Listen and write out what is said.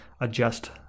adjust